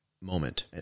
moment